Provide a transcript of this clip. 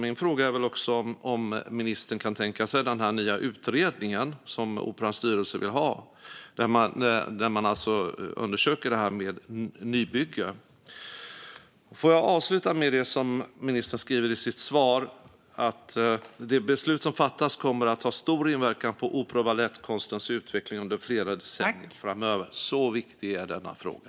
Min fråga är därför om ministern kan tänka sig den nya utredning som Operans styrelse vill ha. Den skulle alltså undersöka frågan om nybygge. Låt mig avsluta med det som ministern sa i sitt svar: "Det beslut som väl fattas kommer att ha stor inverkan på opera och balettkonstens utveckling under flera decennier framöver." Så viktig är denna fråga.